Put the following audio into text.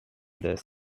this